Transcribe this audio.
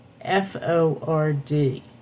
F-O-R-D